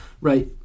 Right